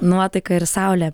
nuotaiką ir saulę